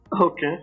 Okay